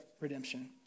redemption